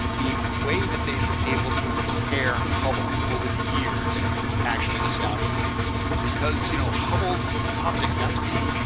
the way that they've been able to repair hubble over the years actually astounded me because, you know, hubble's optics had to be,